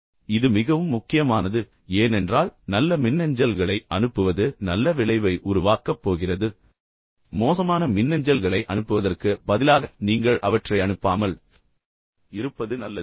எனவே இது மிகவும் முக்கியமானது ஏனென்றால் நல்ல மின்னஞ்சல்களை அனுப்புவது நல்ல விளைவை உருவாக்கப் போகிறது ஆனால் பின்னர் மோசமான மின்னஞ்சல்களை அனுப்புவதற்கு பதிலாக நீங்கள் அவற்றை அனுப்பாமல் இருப்பது நல்லது